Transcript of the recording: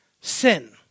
sin